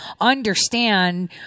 understand